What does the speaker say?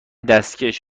دستکش